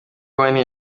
wine